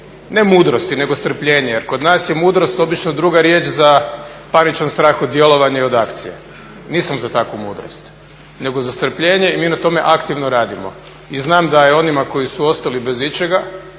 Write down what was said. ne mudrosti nego strpljenja. Jer kod nas je mudrost obično druga riječ za paničan strah od djelovanja i od akcije. Nisam za takvu mudrost nego za strpljenje i mi na tome aktivno radimo. I znam da je onima koji su ostali bez ičega,